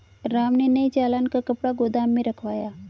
राम ने नए चालान का कपड़ा गोदाम में रखवाया